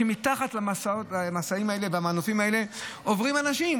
ומתחת למשאים האלה ולמנופים האלה עוברים אנשים,